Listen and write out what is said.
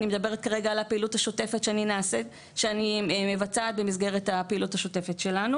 אני מדברת כרגע על הפעילות שאני מבצעת במסגרת הפעילות השוטפת שלנו.